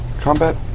combat